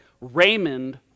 Raymond